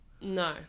No